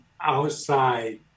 outside